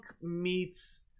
meets